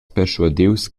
perschuadius